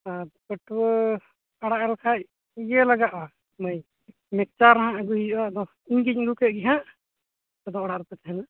ᱟᱨ ᱯᱟᱹᱴᱷᱩᱣᱟᱹ ᱟᱲᱟᱜ ᱨᱮᱠᱷᱟᱱ ᱤᱭᱟᱹ ᱞᱟᱜᱟᱼᱟ ᱢᱟᱹᱭ ᱢᱤᱠᱪᱟᱨ ᱦᱟᱜ ᱟᱹᱜᱩᱭ ᱦᱩᱭᱩᱜᱼᱟ ᱟᱫᱚ ᱤᱧᱜᱮᱧ ᱟᱜᱩᱠᱮᱫ ᱜᱮ ᱦᱟᱜ ᱟᱯᱮᱫᱚ ᱚᱲᱟᱜ ᱨᱮᱯᱮ ᱛᱟᱦᱮᱱᱟ